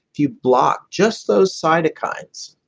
if you block just those cytokines,